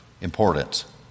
importance